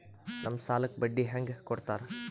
ನಮ್ ಸಾಲಕ್ ಬಡ್ಡಿ ಹ್ಯಾಂಗ ಕೊಡ್ತಾರ?